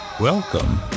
Welcome